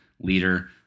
leader